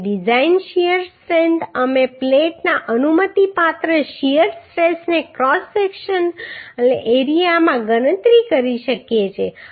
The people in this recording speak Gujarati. હવે ડિઝાઈન શીયર સ્ટ્રેન્થ અમે પ્લેટના અનુમતિપાત્ર શીયર સ્ટ્રેસને ક્રોસ સેક્શનલ એરિયામાં ગણતરી કરી શકીએ છીએ